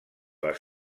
les